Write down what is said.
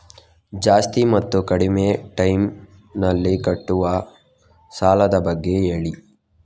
ಜಾಸ್ತಿ ಮತ್ತು ಕಡಿಮೆ ಟೈಮ್ ನಲ್ಲಿ ಕಟ್ಟುವ ಸಾಲದ ಬಗ್ಗೆ ಹೇಳಿ